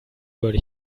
würde